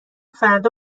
فردا